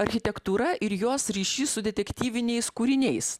architektūra ir jos ryšį su detektyviniais kūriniais